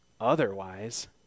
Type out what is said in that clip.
Otherwise